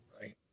right